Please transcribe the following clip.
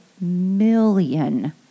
million